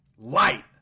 light